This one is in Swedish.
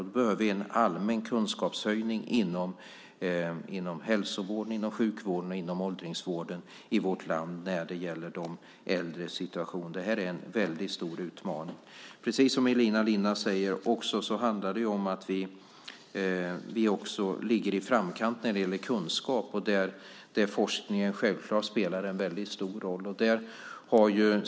Vi behöver en allmän kunskapshöjning inom hälsovården, inom sjukvården och inom åldringsvården i vårt land när det gäller de äldres situation. Det här är en väldigt stor utmaning. Precis som Elina Linna säger handlar det om att vi ligger i framkant när det gäller kunskap. Där spelar forskningen självklart en väldigt stor roll.